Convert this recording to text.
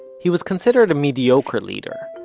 he was considered a mediocre leader,